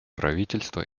правительства